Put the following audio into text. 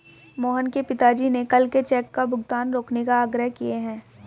मोहन के पिताजी ने कल के चेक का भुगतान रोकने का आग्रह किए हैं